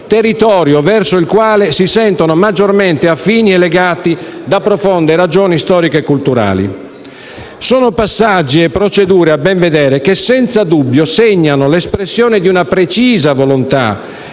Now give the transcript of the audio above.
territorio verso il quale si sentono maggiormente affini e legati da profonde ragioni storiche e culturali. Sono passaggi e procedure che, a ben vedere, senza dubbio segnano l'espressione di una precisa volontà